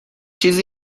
چیزی